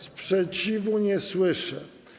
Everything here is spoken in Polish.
Sprzeciwu nie słyszę.